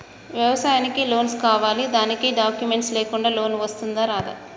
వ్యవసాయానికి లోన్స్ కావాలి దానికి డాక్యుమెంట్స్ లేకుండా లోన్ వస్తుందా రాదా?